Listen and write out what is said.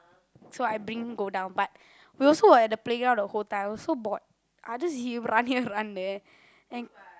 so I bring go down but we also at the playground the whole time it was so board I just see run here run there and